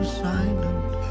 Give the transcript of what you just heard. silent